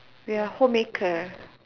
we are home maker